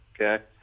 okay